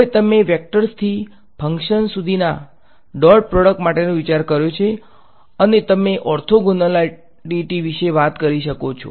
હવે તમે વેક્ટર્સથી ફંક્શન્સ સુધીના ડોટ પ્રોડક્ટ માટેનો વિચાર કર્યો છે અને તમે ઓર્થોગોનાલિટી વિશે વાત કરી શકો છો